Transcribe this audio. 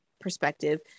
perspective